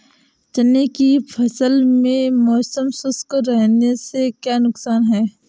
चने की फसल में मौसम शुष्क रहने से क्या नुकसान है?